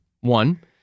One